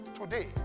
today